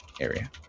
area